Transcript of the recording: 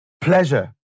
pleasure